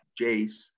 Jace